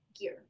gear